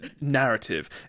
narrative